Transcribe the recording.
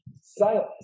Silence